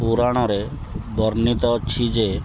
ପୁରାଣରେ ବର୍ଣ୍ଣିତ ଅଛି ଯେ